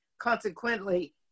Consequently